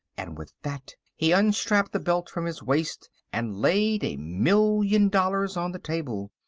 and with that he unstrapped the belt from his waist and laid a million dollars on the table.